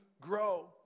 grow